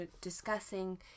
discussing